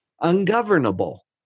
ungovernable